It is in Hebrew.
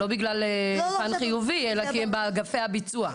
לאו דווקא בפן חיובי, הם באגפי הביצוע.